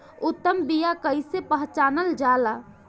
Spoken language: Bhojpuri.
उत्तम बीया कईसे पहचानल जाला?